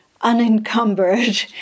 unencumbered